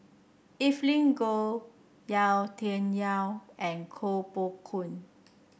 Evelyn Goh Yau Tian Yau and Koh Poh Koon